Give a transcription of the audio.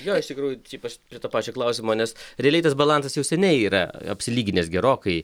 jo iš tikrųjų šiaip aš prie to pačio klausimo nes realiai tas balansas jau seniai yra apsilyginęs gerokai